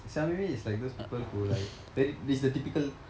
xiao mei mei it's like those people who like very it's the typical